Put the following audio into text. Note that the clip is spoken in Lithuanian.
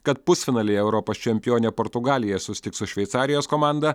kad pusfinalyje europos čempionė portugalija susitiks su šveicarijos komanda